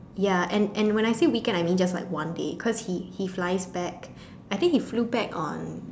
ya and and when I say weekend I mean like just one day cause he he flies back I think he flew back on